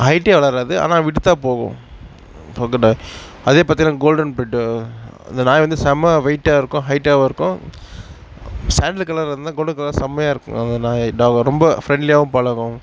ஹைட்டே வளராது ஆனால் வித்தா போகும் பக்கு டாக் அதே பார்த்தினா கோல்டன் பிரிட்டு அந்த நாய் வந்து செம வெயிட்டாக இருக்கும் ஹைட்டாகவும் இருக்கும் சாண்டில் கலர் இருந்தால் கோல்டன் கலர் செம்மையாக இருக்கும் அந்த நாய் டாக்கு ரொம்ப ஃப்ரெண்ட்லியாகவும் பழகும்